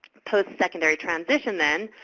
postsecondary transition, then,